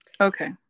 Okay